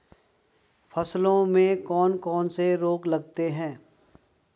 फसलों में कौन कौन से रोग लगते हैं?